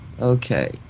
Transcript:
Okay